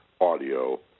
audio